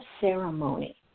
ceremony